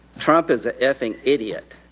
trump is an effing idiot.